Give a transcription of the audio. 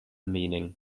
meaning